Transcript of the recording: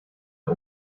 wir